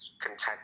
content